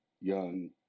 young